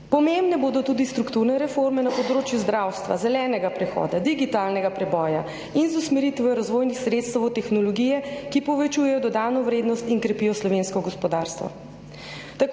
Pomembne bodo tudi strukturne reforme na področju zdravstva, zelenega prehoda, digitalnega preboja in z usmeritvijo razvojnih sredstev v tehnologije, ki povečujejo dodano vrednost in krepijo slovensko gospodarstvo.